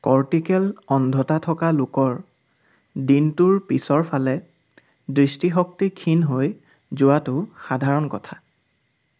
cortical অন্ধতা থকা লোকৰ দিনটোৰ পিছৰ ফালে দৃষ্টিশক্তি ক্ষীণ হৈ যোৱাটো সাধাৰণ কথা